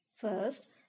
First